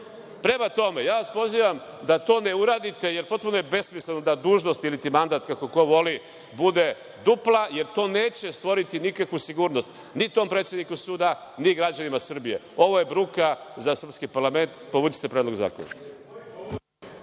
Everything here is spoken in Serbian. često. Prema tome, pozivam vas da to ne uradite, jer potpuno je besmisleno da dužnost ili mandat, kako ko voli bude dupla, jer to neće stvoriti nikakvu sigurnost, ni tom predsedniku suda, ni građanima Srbije. Ovo je bruka za srpski parlament i povucite predlog zakona.